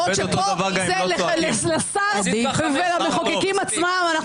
בעוד שפה זה לשר ולמחוקקים עצמם.